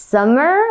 Summer